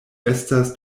estas